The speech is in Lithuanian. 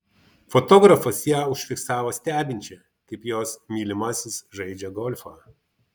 fotografas ją užfiksavo stebinčią kaip jos mylimasis žaidžią golfą